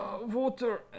water